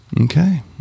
Okay